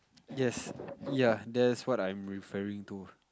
yes ya that is what I'm referring to